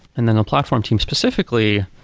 and then the platform team specifically,